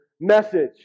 message